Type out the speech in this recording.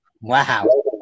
Wow